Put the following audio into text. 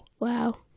Wow